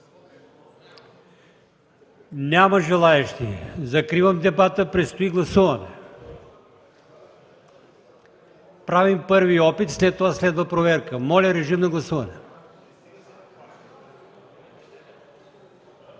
Няма. Закривам дебата. Предстои гласуване. Правим първи опит, след това следва проверка. Моля, режим на гласуване.